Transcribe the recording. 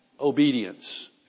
obedience